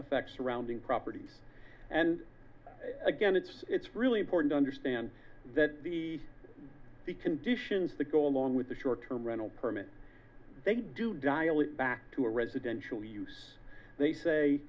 effect surrounding properties and again it's it's really important understand that the the conditions that go along with the short term rental permit they do dial it back to a residential use they say